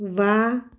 ਵਾਹ